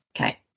Okay